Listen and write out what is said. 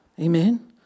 Amen